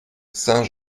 saint